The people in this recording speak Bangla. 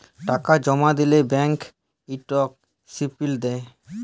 টাকা জমা দিলে ব্যাংক ইকট সিলিপ দেই